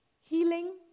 healing